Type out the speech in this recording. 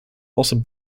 also